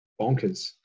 bonkers